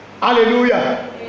hallelujah